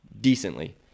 decently